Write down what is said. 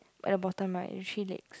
at the bottom right there's three legs